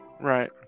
Right